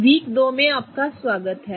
week 2 में आपका स्वागत है